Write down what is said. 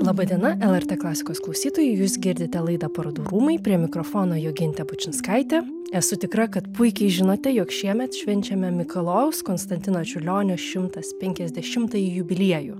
laba diena lrt klasikos klausytojai jūs girdite laidą parodų rūmai prie mikrofono jogintė bučinskaitė esu tikra kad puikiai žinote jog šiemet švenčiame mikalojaus konstantino čiurlionio šimtas penkiasdešimtąjį jubiliejų